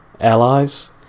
allies